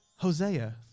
Hosea